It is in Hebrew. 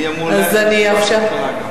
אז אני אאפשר.